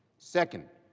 second,